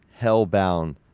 Hellbound